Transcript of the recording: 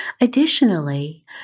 Additionally